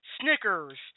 Snickers